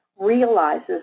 realizes